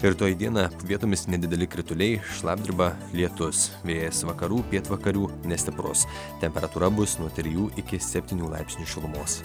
rytoj dieną vietomis nedideli krituliai šlapdriba lietus vėjas vakarų pietvakarių nestiprus temperatūra bus nuo trejų iki septynių laipsnių šilumos